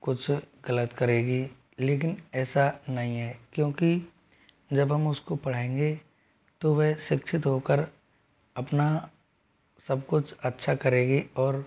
कुछ गलत करेगी लेकिन ऐसा नहीं है क्योंकि जब हम उसको पढ़ाएंगे तो वेह शिक्षित होकर अपना सब कुछ अच्छा करेगी और